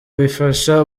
bifasha